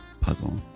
puzzle